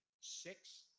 six